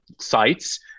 sites